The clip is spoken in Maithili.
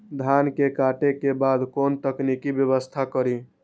धान के काटे के बाद कोन तकनीकी व्यवस्था करी?